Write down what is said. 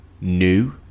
new